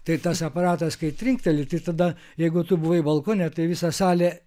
tai tas aparatas kai trinkteli tai tada jeigu tu buvai balkone tai visa salė